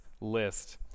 list